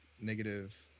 negative